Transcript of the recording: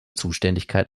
zuständigkeit